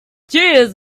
cheers